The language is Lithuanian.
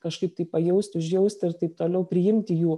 kažkaip tai pajausti užjausti ir taip toliau priimti jų